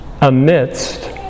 amidst